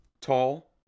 Tall